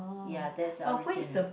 ya that's original